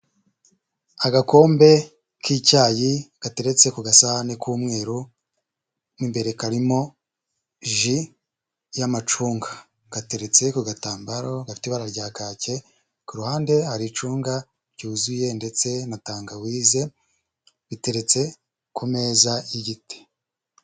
Agakombe k'icyayi gateretse ku gasahani k'umweru imbere karimo ji y'amacunga gateretse ku gatambaro gafite ibara rya kacye ku ruhande hari icunga ryuzuye ndetse na tangawize iteretse ku meza y'igiti.